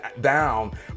down